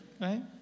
right